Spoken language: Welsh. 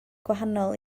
gwahanol